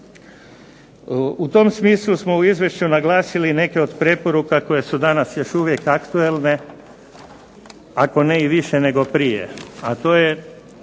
U tom smislu smo u izvješću naglasili i neke od preporuka koje su danas još uvijek aktualne, ako ne i više nego prije, a to je